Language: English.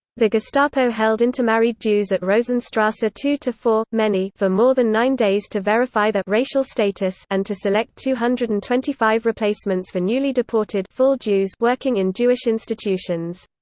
the gestapo held intermarried jews at rosenstrasse ah two four, many for more than nine days to verify their racial status and to select two hundred and twenty five replacements for newly deported full jews working in jewish institutions.